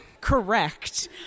Correct